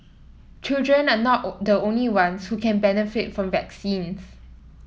children are not the only ones who can benefit from vaccines